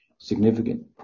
Significant